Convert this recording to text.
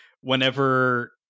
whenever